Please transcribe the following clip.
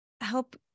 help